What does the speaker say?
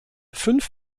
fünf